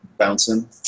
bouncing